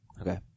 Okay